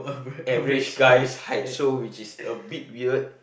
average guys height so which is a bit weird